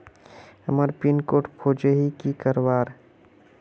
हमार pin code खोजोही की करवार?